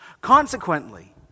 Consequently